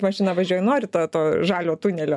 mašina važiuoji nori to to žalio tunelio